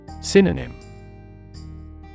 Synonym